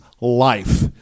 life